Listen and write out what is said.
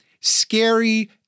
scary